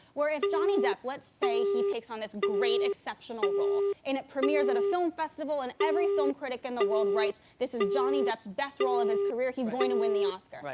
where if johnny depp, let's say he takes on this great exceptional role and it premiers at a film festival and every film critic in the world writes, this is johnny depp's best role of his career, he's going to win the oscar, but